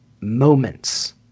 moments